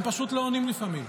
הם פשוט לא עונים לפעמים.